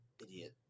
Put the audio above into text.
Idiot